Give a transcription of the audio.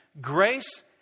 grace